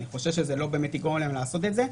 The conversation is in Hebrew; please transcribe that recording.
זה לא באמת יגרום להם לעשות את זה,